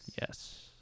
Yes